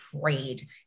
prayed